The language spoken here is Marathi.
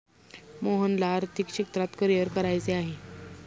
मोहनला आर्थिक क्षेत्रात करिअर करायचे आहे